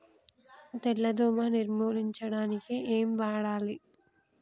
తెల్ల దోమ నిర్ములించడానికి ఏం వాడాలి?